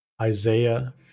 Isaiah